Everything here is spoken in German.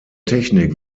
technik